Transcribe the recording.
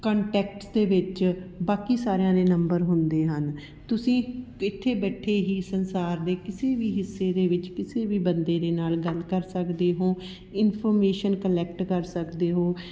contacts ਦੇ ਵਿੱਚ ਬਾਕੀ ਸਾਰਿਆਂ ਦੇ ਨੰਬਰ ਹੁੰਦੇ ਹਨ ਤੁਸੀਂ ਇੱਥੇ ਬੈਠੇ ਹੀ ਸੰਸਾਰ ਦੇ ਕਿਸੇ ਵੀ ਹਿੱਸੇ ਦੇ ਵਿੱਚ ਕਿਸੇ ਵੀ ਬੰਦੇ ਦੇ ਨਾਲ ਗੱਲ ਕਰ ਸਕਦੇ ਹੋ ਇਨਫੋਰਮੇਸ਼ਨ ਕਲੈਕਟ ਕਰ ਸਕਦੇ ਹੋ